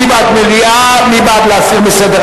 מי בעד מליאה, מי בעד להסיר מסדר-היום?